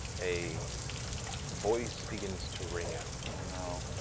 a voice begins to ring out. you know